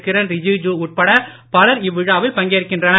கிரண் ரிஜிஜு உட்பட பலர் இவ்விழாவில் பங்கேற்கிறார்கள்